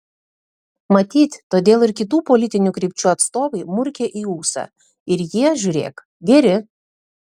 matyt todėl ir kitų politinių krypčių atstovai murkia į ūsą ir jie žiūrėk geri